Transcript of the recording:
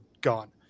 gone